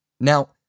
Now